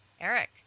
Eric